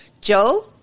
Joe